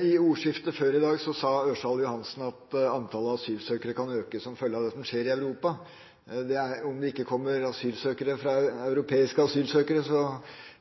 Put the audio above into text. I ordskiftet før i dag sa Ørsal Johansen at antallet asylsøkere kan øke som følge av det som skjer i Europa. Om det ikke kommer europeiske asylsøkere,